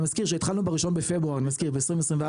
אני מזכיר שהתחלנו ב- 1 בפברואר אני מזכיר ב- 2024,